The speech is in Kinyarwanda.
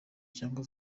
cyangwa